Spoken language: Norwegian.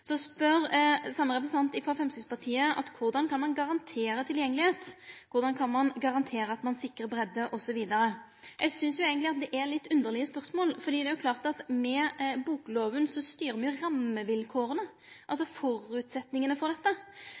Så spør same representant frå Framstegspartiet: Korleis kan ein garantere tilgjengelegheit, og korleis kan ein garantere at ein sikrar bredde osv.? Eg synest eigentleg at det er litt underlege spørsmål, for det er klart at med bokloven styrer me rammevilkåra, føresetnadene for dette,